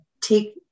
take